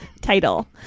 Title